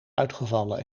uitgevallen